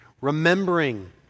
remembering